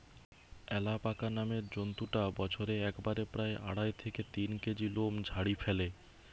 alpaca নামের জন্তুটা বছরে একবারে প্রায় আড়াই থেকে তিন কেজি লোম ঝাড়ি ফ্যালে